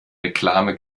reklame